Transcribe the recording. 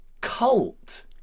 cult